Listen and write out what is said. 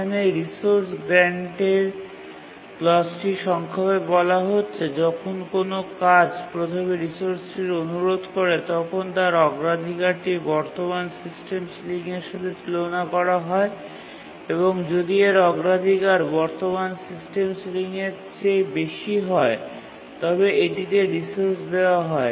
এখানে রিসোর্স গ্রান্টের ক্লজটি সংক্ষেপে বলা হচ্ছে যখন কোনও কাজ প্রথমে রিসোর্সটির অনুরোধ করে তখন তার অগ্রাধিকারটি বর্তমান সিস্টেম সিলিংয়ের সাথে তুলনা করা হয় এবং যদি এর অগ্রাধিকার বর্তমান সিস্টেম সিলিংয়ের চেয়ে বেশি হয় তবে এটিতে রিসোর্স দেওয়া হয়